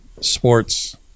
sports